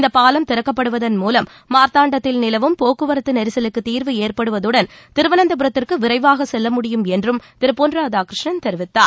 இந்தப் பாவம் திறக்கப்படுவதன் மூலம் மார்த்தாண்டத்தில் நிலவும் போக்குவரத்து நெரிசலுக்கு தீர்வு ஏற்படுவதுடன் திருவனந்தபுரத்திற்கு விரைவாகச் செல்ல முடியும் என்றும் திரு பொன் ராதாகிருஷ்ணன் தெரிவித்தார்